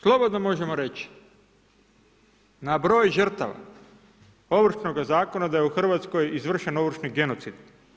Slobodno možemo reći na broj žrtava Ovršnoga zakona da je u Hrvatskoj izvršen ovršni genocid.